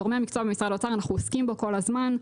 גורמי המקצוע במשרד האוצר עוסקים בו כל הזמן.